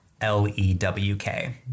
L-E-W-K